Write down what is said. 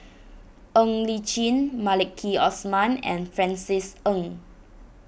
Ng Li Chin Maliki Osman and Francis Ng